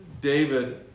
David